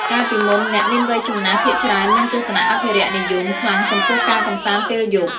កាលពីមុន អ្នកមានវ័យចំណាស់ភាគច្រើនមានទស្សនៈអភិរក្សនិយមខ្លាំងចំពោះការកម្សាន្តពេលយប់។